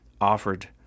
offered